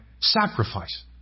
sacrifice